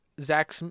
Zach